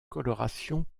coloration